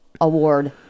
award